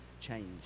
change